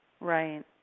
Right